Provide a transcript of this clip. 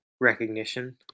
recognition